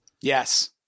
Yes